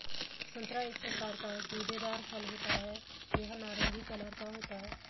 संतरा एक प्रकार का गूदेदार फल होता है यह नारंगी कलर का होता है